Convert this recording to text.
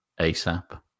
ASAP